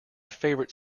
favourite